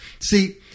See